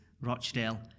Rochdale